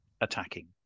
attacking